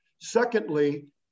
Secondly